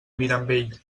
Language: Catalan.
mirambell